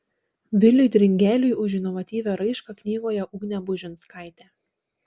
viliui dringeliui už inovatyvią raišką knygoje ugnė bužinskaitė